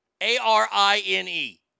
A-R-I-N-E